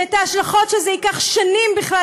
וכדי לאמוד את ההשלכות של זה יידרשו שנים,